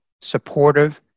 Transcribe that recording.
supportive